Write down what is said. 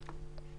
תמר